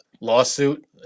Lawsuit